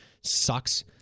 sucks